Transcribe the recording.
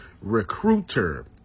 recruiter